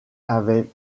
avaient